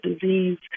disease